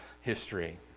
history